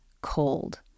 cold